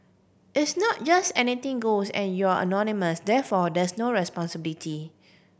it's not just anything goes and you're anonymous therefore there's no responsibility